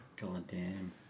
goddamn